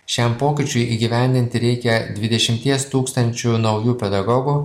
šiam pokyčiui įgyvendinti reikia dvidešimties tūkstančių naujų pedagogų